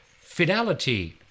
Fidelity